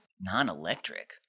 Non-electric